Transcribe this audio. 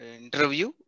interview